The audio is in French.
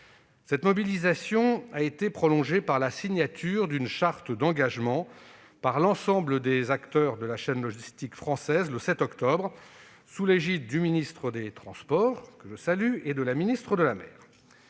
Cette mobilisation a été prolongée par la signature de la charte d'engagement des acteurs des chaînes logistiques françaises, le 7 octobre dernier, sous l'égide du ministre des transports, que je salue, et de la ministre de la mer.